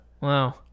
Wow